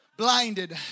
Blinded